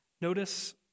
notice